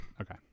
Okay